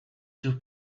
two